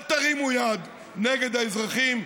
אל תרימו יד נגד האזרחים,